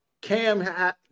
Cam